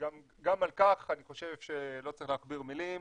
גם על כך אני חושב שלא צריך להכביר מילים,